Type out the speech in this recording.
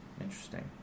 Interesting